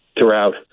throughout